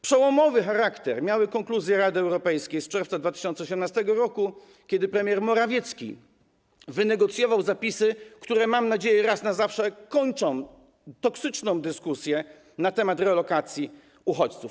Przełomowy charakter miały konkluzje Rady Europejskiej z czerwca 2018 r., kiedy premier Morawiecki wynegocjował zapisy, które - mam nadzieję - raz na zawsze kończą toksyczną dyskusję na temat relokacji uchodźców.